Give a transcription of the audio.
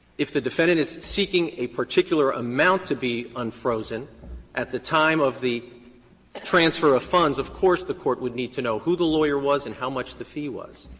if the defendant is seeking a particular amount to be unfrozen at the time of the transfer of funds, of course, the court would need to know who the lawyer was and how much the fee was.